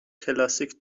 کلاسیک